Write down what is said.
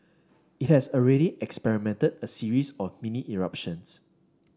it has already a series of mini eruptions